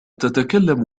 تتكلم